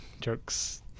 jokes